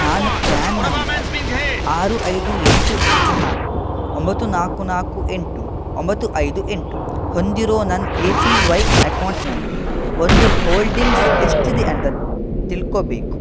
ನಾನು PRAN number ಆರು ಐದು ಎಂಟು ಎಂಟು ನಾಲ್ಕು ಒಂಬತ್ತು ನಾಲ್ಕು ನಾಲ್ಕು ಎಂಟು ಒಂಬತ್ತು ಐದು ಎಂಟು ಹೊಂದಿರೋ ನನ್ನ ಎ ಪಿ ವೈ ಎಕೌಂಟ್ನಲ್ಲಿ ಒಂದು ಹೋಲ್ಡಿಂಗ್ಸ್ ಎಷ್ಟಿದೆ ಅಂತ ತಿಳ್ಕೊಳ್ಬೇಕು